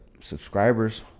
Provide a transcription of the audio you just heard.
subscribers